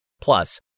Plus